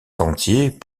sentiers